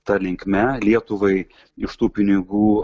ta linkme lietuvai iš tų pinigų